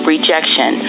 Rejection